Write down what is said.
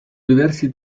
diversi